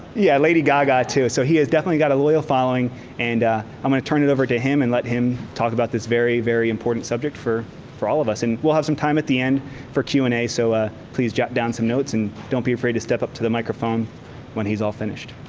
yeah, lady gaga, too. so, he has definitely got a loyal following and i'm gonna turn it over to him and let talk about this very, very important subject for for all of us. and we'll have some time at the end for q and a, so ah please jot down some notes and don't be afraid to step up to the microphone when he's all finished.